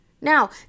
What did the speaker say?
Now